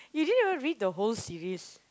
you didn't even read the whole series